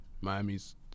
Miami's